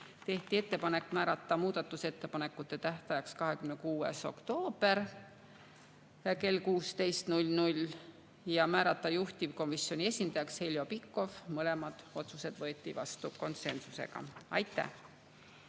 tehti ettepanek määrata muudatusettepanekute tähtajaks 26. oktoober kell 16 ja määrata juhtivkomisjoni esindajaks Heljo Pikhof. Mõlemad otsused võeti vastu konsensusega. Aitäh!